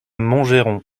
montgeron